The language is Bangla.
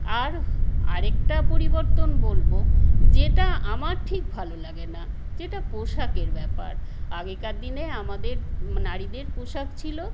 আর আরেকটা পরিবর্তন বলব যেটা আমার ঠিক ভালো লাগে না যেটা পোশাকের ব্যাপার আগেকার দিনে আমাদের নারীদের পোশাক ছিল